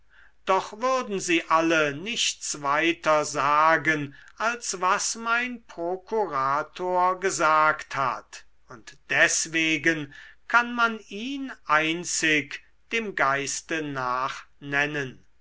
doch würden sie alle nichts weiter sagen als was mein prokurator gesagt hat und deswegen kann man ihn einzig dem geiste nach nennen